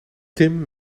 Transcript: tim